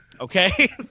Okay